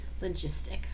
logistics